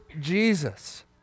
Jesus